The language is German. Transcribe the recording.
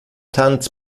tanz